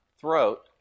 throat